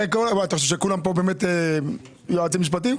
מה, אתה חושב שכולם פה באמת יועצים משפטיים?